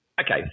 okay